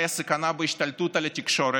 מהי הסכנה בהשתלטות על התקשורת,